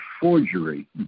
forgery